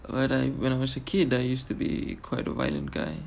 when I when I was a kid I used to be quite violent guy